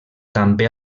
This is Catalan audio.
també